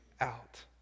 out